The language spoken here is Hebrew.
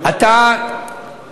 רק